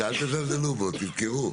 שאל תזלזלו בו, תזכרו.